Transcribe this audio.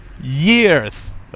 years